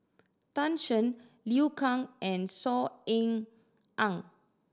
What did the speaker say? Tan Shen Liu Kang and Saw Ean Ang